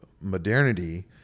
modernity